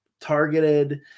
targeted